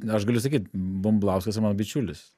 aš galiu sakyt bumblauskas yra mano bičiulis